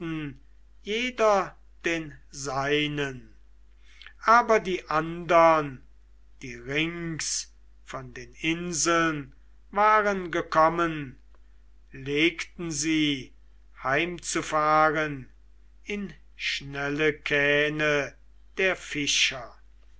jeder den seinen aber die andern die rings von den inseln waren gekommen legten sie heimzufahren in schnelle kähne der fischer